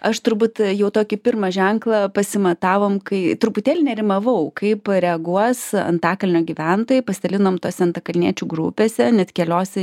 aš turbūt jau tokį pirmą ženklą pasimatavom kai truputėlį nerimavau kaip reaguos antakalnio gyventojai pasidalinom tose antakalniečių grupėse net keliose